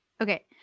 Okay